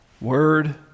Word